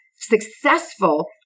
successful